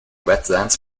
wetlands